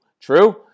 True